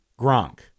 Gronk